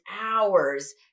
hours